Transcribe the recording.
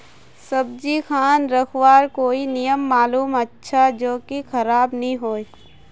सब्जी खान रखवार कोई नियम मालूम अच्छा ज की खराब नि होय?